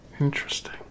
interesting